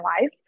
life